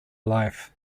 life